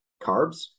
carbs